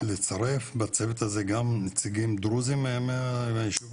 לצרף בצוות הזה גם נציגים דרוזים מהיישובים?